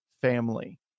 family